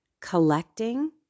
collecting